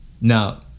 Now